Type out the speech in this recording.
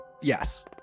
yes